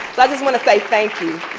so i just want to say thank you.